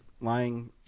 lying